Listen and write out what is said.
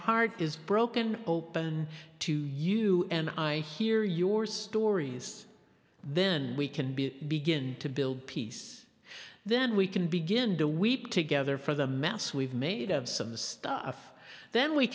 heart is broken open to you and i hear your stories then we can be begin to build peace then we can begin to weep together for the mass we've made of some stuff then we